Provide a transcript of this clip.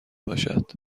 باشد